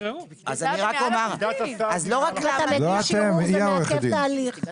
אם אתה מגיש ערעור זה מעכב תהליך.